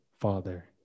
father